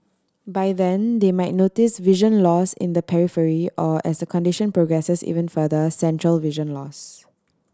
by then they might notice vision loss in the periphery or as the condition progresses even further central vision loss